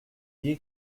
gai